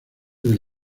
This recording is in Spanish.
del